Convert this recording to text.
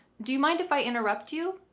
do you mind if i interrupt you?